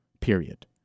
period